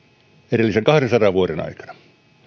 edellisen kahdensadan vuoden aikana näissä